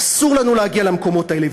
אסור לנו להגיע למקומות האלה.